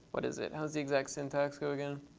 what is it? how does the exact syntax go again?